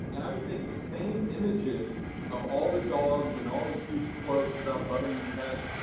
and i would take the same images of all the dogs and all the cute quotes about loving your pet,